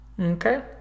Okay